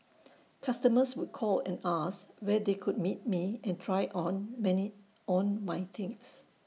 customers would call and ask where they could meet me and try on many on my things